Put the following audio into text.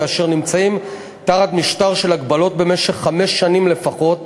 ואשר נמצאים תחת משטר של הגבלות במשך חמש שנים לפחות,